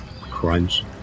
Crunch